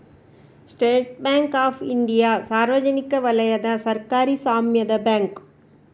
state Bank of India ಸಾರ್ವಜನಿಕ ವಲಯದ ಸರ್ಕಾರಿ ಸ್ವಾಮ್ಯದ ಬ್ಯಾಂಕು